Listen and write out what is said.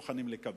מוכנים לקבל.